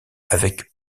avec